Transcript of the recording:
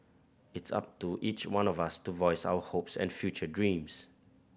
it's up to each one of us to voice our hopes and future dreams